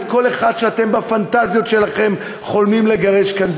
אחד שאתם בפנטזיות שלכם חולמים לגרש מכאן,